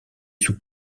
sous